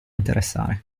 interessare